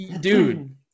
dude